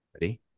Ready